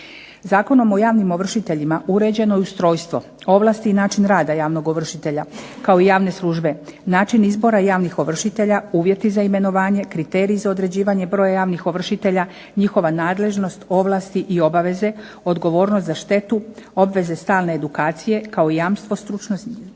Zakonom o javnim ovršiteljima uređeno je ustrojstvo, ovlasti i način rada javnog ovršitelja, kao javne službe, način izbora javnih ovršitelja, uvjeti za imenovanje, kriterij za određivanje broja javnih ovršitelja, njihova nadležnost, ovlasti, i obaveze, odgovornost za štetu, obveze stalne edukacije kao jamstvo stručnosti